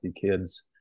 kids